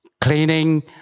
cleaning